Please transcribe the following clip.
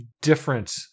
different